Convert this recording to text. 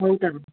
हुन्छ हुन्छ